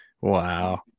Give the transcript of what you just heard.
wow